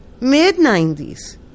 mid-90s